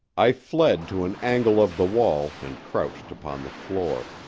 i fled to an angle of the wall and crouched upon the floor.